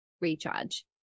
recharge